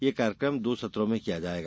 यह कार्यक्रम दो सत्र में किया जायेगा